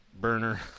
burner